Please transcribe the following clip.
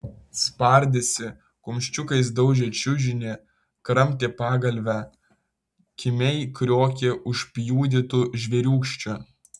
spardėsi kumščiukais daužė čiužinį kramtė pagalvę kimiai kriokė užpjudytu žvėriūkščiu